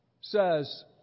says